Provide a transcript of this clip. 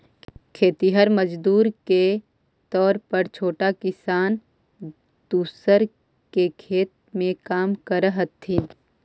खेतिहर मजदूर के तौर पर छोटा किसान दूसर के खेत में काम करऽ हथिन